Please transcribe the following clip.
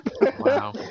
Wow